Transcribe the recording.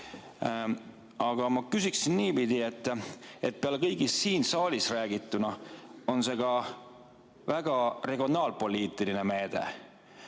Aga ma küsiksin niipidi. Peale kõige siin saalis räägitu on see ka väga regionaalpoliitiline meede.